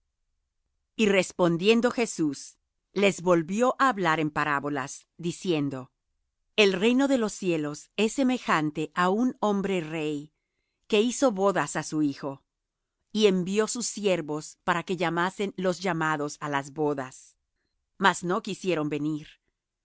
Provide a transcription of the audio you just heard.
y respondiendo jesús les volvió á hablar en parábolas diciendo el reino de los cielos es semejante á un hombre rey que hizo bodas á su hijo y envió sus siervos para que llamasen los llamados á las bodas mas no quisieron venir